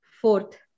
Fourth